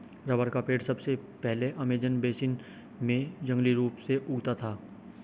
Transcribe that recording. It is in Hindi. रबर का पेड़ सबसे पहले अमेज़न बेसिन में जंगली रूप से उगता था